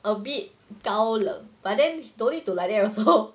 a bit 高了 but then don't need to like there also